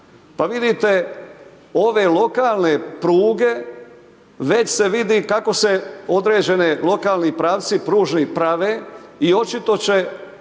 Pa vidite ove lokalne pruge već se vidi kako se određeni lokalni pravci pružni prave i očito je